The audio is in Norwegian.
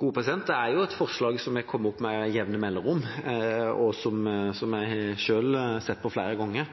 Det er et forslag som har kommet opp med jevne mellomrom, og som jeg har sett på flere ganger.